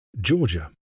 Georgia